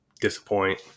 disappoint